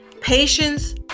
patience